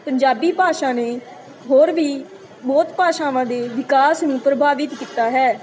ਪੰਜਾਬੀ ਭਾਸ਼ਾ ਨੇ ਹੋਰ ਵੀ ਬਹੁਤ ਭਾਸ਼ਾਵਾਂ ਦੇ ਵਿਕਾਸ ਨੂੰ ਪ੍ਰਭਾਵਿਤ ਕੀਤਾ ਹੈ